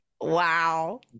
Wow